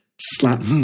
Slap